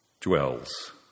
dwells